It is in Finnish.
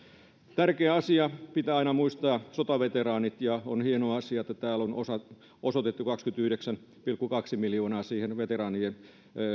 tärkeä asia pitää aina muistaa sotaveteraanit ja on hieno asia että täällä on osoitettu kaksikymmentäyhdeksän pilkku kaksi miljoonaa veteraanien